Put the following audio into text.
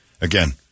Again